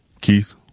Keith